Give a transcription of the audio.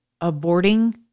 aborting